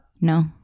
No